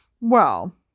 Well